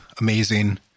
amazing